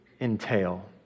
entail